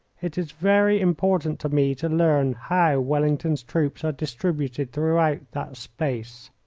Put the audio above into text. it is very important to me to learn how wellington's troops are distributed throughout that space,